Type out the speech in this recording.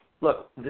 Look